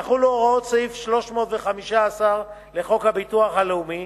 יחולו הוראות סעיף 315 לחוק הביטוח הלאומי